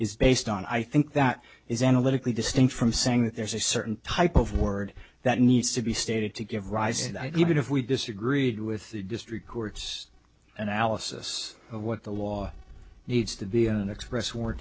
is based on i think that is analytically distinct from saying that there's a certain type of word that needs to be stated to give rise to even if we disagreed with the district court's analysis of what the law needs to be and express w